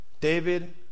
David